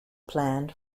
planned